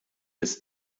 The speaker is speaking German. ist